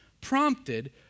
prompted